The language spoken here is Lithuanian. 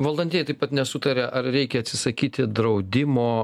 valdantieji taip pat nesutaria ar reikia atsisakyti draudimo